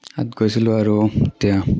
তাত গৈছিলোঁ আৰু এতিয়া